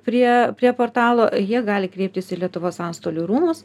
prie prie portalo jie gali kreiptis į lietuvos antstolių rūmus